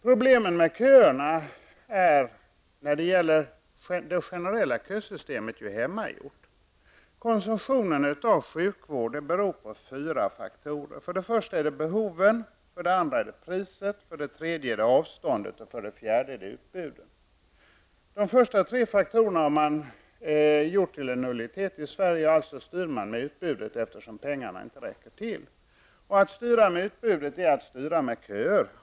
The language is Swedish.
Problemet med det generella kösystemet är att det är hemmagjort. Konsumtionen av sjukvård beror på fyra faktorer, nämligen behovet, priset, avståndet och utbudet. De första tre faktorerna har man gjort till en nullitet i Sverige. Man har styrt utbudet eftersom pengarna inte räcker till allt. Att styra utbudet är att styra med köer.